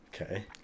Okay